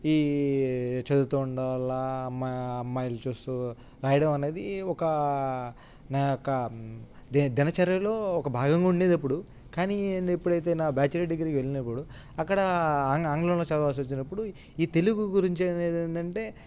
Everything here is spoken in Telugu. ఈ చదువుతూ ఉండడం వల్ల అమ్మా అమ్మాయిలు చూస్తూ రాయడం అనేది ఒక నా యొక్క ది దినచర్యలో ఒక భాగంగా ఉండేదప్పుడు కానీ ఏంటి ఎప్పుడైతే నా బ్యాచలర్ డిగ్రీ వెళ్ళినప్పుడు అక్కడ ఆం ఆంగ్లంలో చదవాల్సొచ్చినప్పుడు ఈ తెలుగు గురించి అనేదేంటంటే